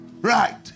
Right